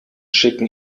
schicken